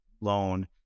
loan